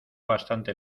bastante